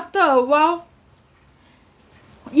after a while